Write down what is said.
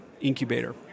incubator